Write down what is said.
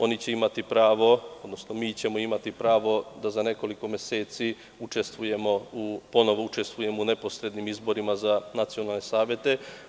Oni će imati pravo, odnosno mi ćemo imati pravo da za nekoliko meseci učestvujemo u neposrednim izborima za nacionalne savete.